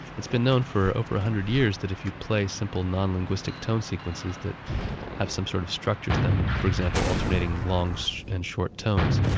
it's been known for over a hundred years that if you play simple non-linguistic tone sequences that have some sort of structure to them, for example alternating long so and short tones,